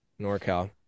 NorCal